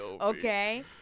okay